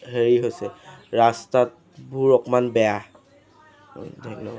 হেৰি হৈছে ৰাস্তাতবোৰ অকণমান বেয়া ধন্যবাদ